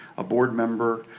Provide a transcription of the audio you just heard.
a board member,